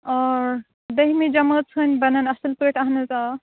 آ دٔہمہِ جمٲژہنٚدۍ بَنَن اصل پٲٹھۍ اہن حظ آ